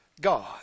God